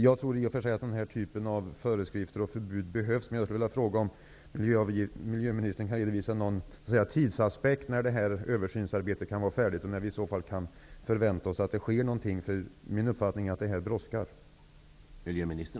Jag tror i och för sig att den här typen av föreskrifter och förbud behövs, men jag vill fråga om miljöministern kan redovisa någon tidsaspekt, när översynsarbetet kan vara färdigt och när vi i så fall kan förvänta oss att det sker någonting. Min uppfattning är att det brådskar.